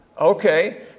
Okay